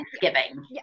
Thanksgiving